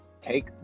take